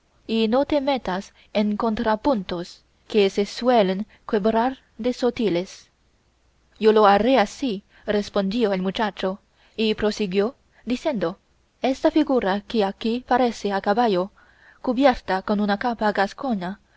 y no te metas en contrapuntos que se suelen quebrar de sotiles yo lo haré así respondió el muchacho y prosiguió diciendo esta figura que aquí parece a caballo cubierta con una capa